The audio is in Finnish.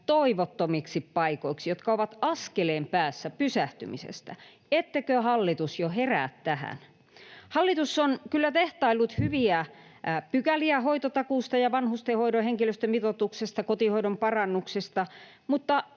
toivottomiksi paikoiksi, jotka ovat askeleen päässä pysähtymisestä. Ettekö, hallitus, jo herää tähän? Hallitus on kyllä tehtaillut hyviä pykäliä hoitotakuusta ja vanhustenhoidon henkilöstömitoituksesta, kotihoidon parannuksista, mutta